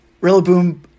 Rillaboom